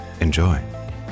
Enjoy